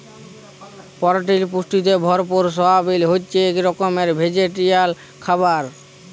পরটিল পুষ্টিতে ভরপুর সয়াবিল হছে ইক রকমের ভেজিটেরিয়াল খাবার